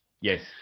Yes